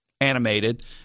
animated